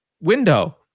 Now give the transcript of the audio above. window